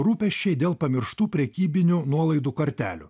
rūpesčiai dėl pamirštų prekybinių nuolaidų kortelių